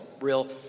real